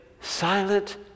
silent